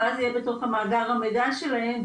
ואז יהיה בתוך המאגר המידע שלהם,